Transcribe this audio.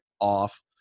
off